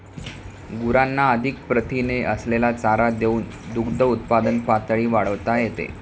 गुरांना अधिक प्रथिने असलेला चारा देऊन दुग्धउत्पादन पातळी वाढवता येते